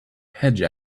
hedge